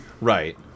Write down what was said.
Right